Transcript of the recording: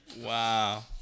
Wow